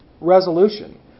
resolution